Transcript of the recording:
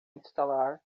instalar